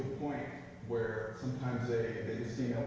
point where sometimes they see